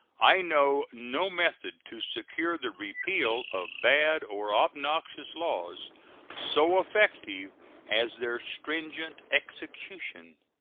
i know no method to secure the repeal of bad or obnoxious laws so effective as their stringent execution.